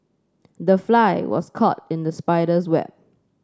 the fly was caught in the spider's web